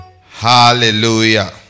Hallelujah